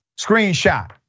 screenshot